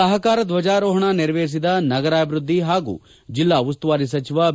ಸಹಕಾರ ಧ್ವಜಾರೋಹಣ ನೆರವೇರಿಸಿದ ನಗರಾಭಿವೃದ್ದಿ ಹಾಗೂ ಜಿಲ್ಲಾ ಉಸ್ತುವಾರಿ ಸಚಿವ ಬಿ